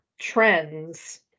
trends